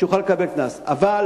יוכל לקבל קנס כזה.